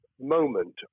moment